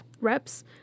reps